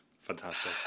Fantastic